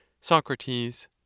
Socrates